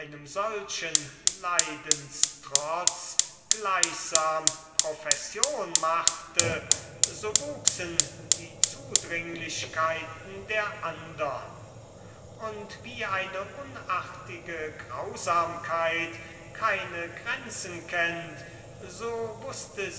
solchen leidenstrotz gleichsam profession machte so wuchsen die zudringlichkeiten der andern und wie eine unartige grausamkeit keine grenzen kennt so wußte